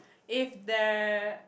if the